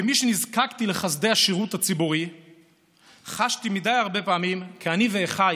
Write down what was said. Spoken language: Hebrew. כמי שנזקק לחסדי השירות הציבורי חשתי הרבה מדי פעמים כי אני ואחיי